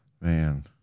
Man